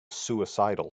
suicidal